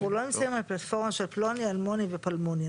אנחנו לא נמצאים על פלטפורמה של פלוני אלמוני ופלמוני.